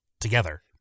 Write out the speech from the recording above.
together